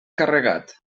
carregat